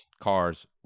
cars